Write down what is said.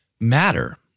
matter